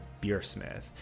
Beersmith